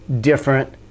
different